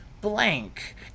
blank